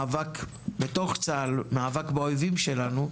מאבק בתוך צה"ל, מאבק באויבים שלנו,